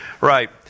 Right